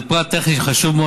זה פרט טכני חשוב מאוד,